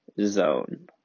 zone